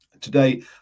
Today